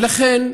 ולכן,